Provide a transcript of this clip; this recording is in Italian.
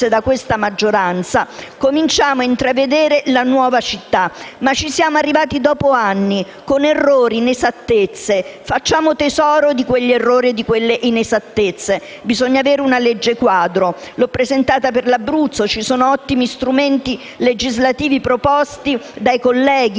da questa maggioranza, cominciamo a intravedere la nuova città, ma ci siamo arrivati dopo anni con errori e inesattezze: facciamone tesoro. Bisogna avere una legge quadro (io l'ho presentata per l'Abruzzo); ci sono ottimi strumenti legislativi proposti dai colleghi,